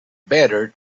better